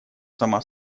сама